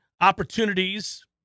opportunities